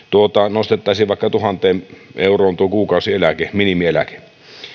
nostettaisiin vaikka tuhanteen euroon tuo kuukausieläke minimieläke